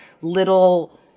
little